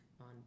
on